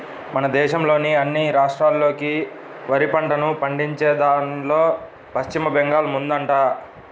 మన దేశంలోని అన్ని రాష్ట్రాల్లోకి వరి పంటను పండించేదాన్లో పశ్చిమ బెంగాల్ ముందుందంట